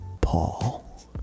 paul